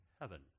heaven